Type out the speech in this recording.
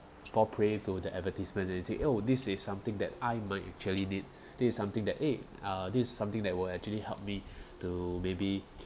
fall pray to the advertisement and say oh this is something that I might actually need this is something that eh this is something that will actually help me to maybe